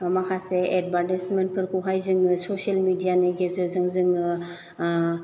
माखासे एडभारटाइसमेन्ट फोरखौहाय जोङो ससियेल मेडियानि गेजेरजों जोङो